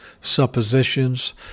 suppositions